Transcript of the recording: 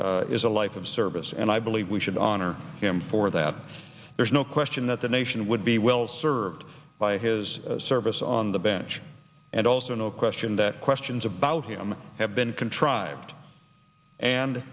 life is a life of service and i believe we should honor him for that there's no question that the nation would be well served by his service on the bench and also no question that questions about him have been contrived and